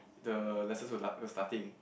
the lesson were la~ was starting